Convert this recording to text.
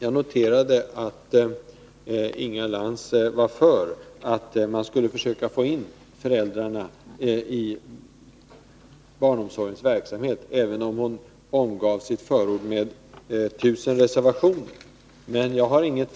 : Jag noterade att Inga Lantz, även om hon lämnade sitt förord med tusen reservationer, var för att man skall försöka få in föräldrarna i barnomsorgsverksamheten.